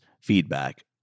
feedback